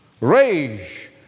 rage